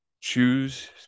choose